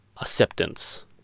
acceptance